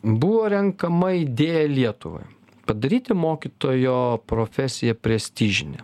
buvo renkama idėja lietuvai padaryti mokytojo profesiją prestižine